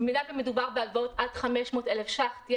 במידה ומדובר בהלוואות עד 500,000 ₪ תהיה